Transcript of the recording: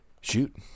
Shoot